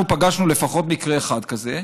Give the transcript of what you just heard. אנחנו פגשנו לפחות מקרה אחד כזה,